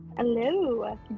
Hello